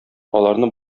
аларны